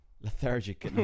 lethargic